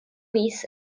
mis